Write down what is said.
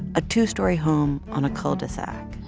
a two-story home on a cul de sac